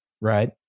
right